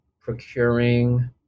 Procuring